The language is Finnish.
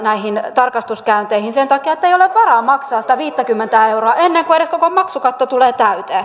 tarkastuskäynneille sen takia että ei ole varaa maksaa edes sitä viittäkymmentä euroa jolloin maksukatto tulee täyteen